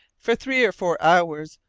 for three or four hours,